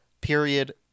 period